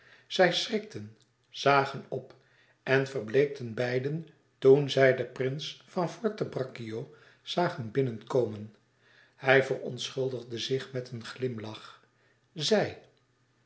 zij schrikten zagen op en verbleekten beiden toen zij den prins van forte braccio zagen binnenkomen hij verontschuldigde zich met een glimlach zei